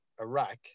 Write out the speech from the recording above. Iraq